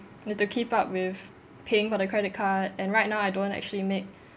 you've to keep up with paying for the credit card and right now I don't actually make